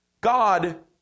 God